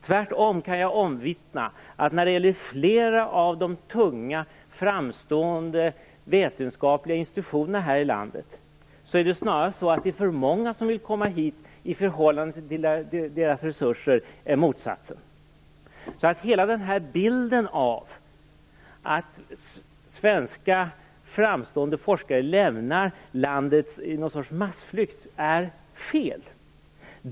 Tvärtom kan jag omvittna att när det gäller flera av de tunga framstående vetenskapliga institutionerna här i landet är det snarare för många som vill komma hit i förhållande till de resurser som finns. Hela bilden av att svenska framstående forskare lämnar landet i massflykt är fel.